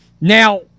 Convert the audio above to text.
Now